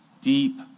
deep